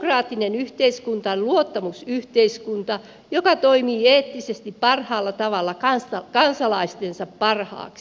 demokraattinen yhteiskunta on luottamusyhteiskunta joka toimii eettisesti parhaalla tavalla kansalaistensa parhaaksi